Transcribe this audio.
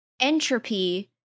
entropy